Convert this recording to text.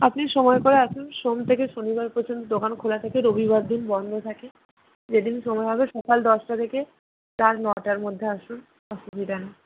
আপনি সময় করে আসুন সোম থেকে শনিবার পর্যন্ত দোকান খোলা থাকে রবিবার দিন বন্ধ থাকে যেদিন সময় হবে সকাল দশটা থেকে রাত নটার মধ্যে আসুন অসুবিধা নেই